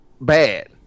bad